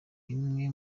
bimwe